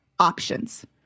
options